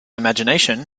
imagination